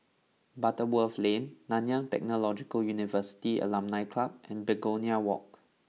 Butterworth Lane Nanyang Technological University Alumni Club and Begonia Walk